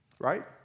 right